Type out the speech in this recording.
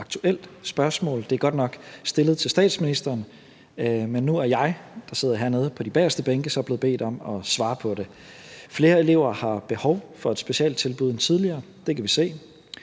vigtigt og aktuelt spørgsmål. Det er godt nok stillet til statsministeren, men nu er jeg, der sidder hernede på de bagerste bænke, blevet bedt om at svare på det. Flere elever har behov for et specialtilbud end tidligere. Det kan vi se.